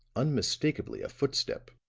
unmistakably a footstep,